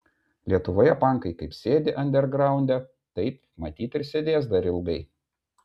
lietuvoje pankai kaip sėdi andergraunde taip matyt ir sėdės dar ilgai